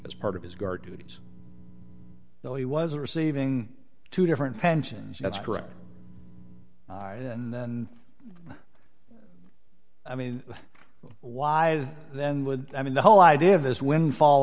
as part of his guard duties though he was receiving two different pensions that's correct and then i mean why then would i mean the whole idea of this windfall